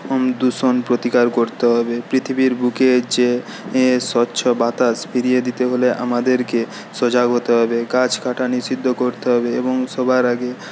দূষণ প্রতিকার করতে হবে পৃথিবীর বুকে যে স্বচ্ছ বাতাস ফিরিয়ে দিতে হলে আমাদেরকে সজাগ হতে হবে গাছ কাটা নিষিদ্ধ করতে হবে এবং সবার আগে